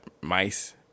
mice